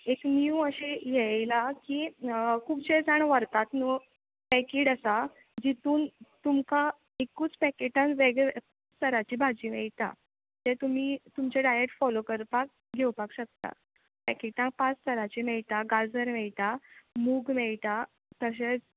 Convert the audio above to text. एक न्यू अशें हें येयलां की खुबशे जाण व्हरतात न्हय पॅकीड आसा जितून तुमकां एकूच पॅकेटान वेगळे तराची भाजी मेळटा तें तुमी तुमचें डायट फॉलो करपाक घेवपाक शकता पॅकेटा पांच तराचीं मेळटा गाजर मेळटा मूग मेळटा तशेंत